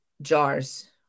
Jars